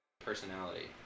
personality